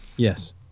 Yes